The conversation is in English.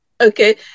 Okay